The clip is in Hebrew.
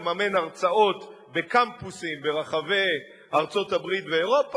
לממן הרצאות בקמפוסים ברחבי ארצות-הברית ואירופה,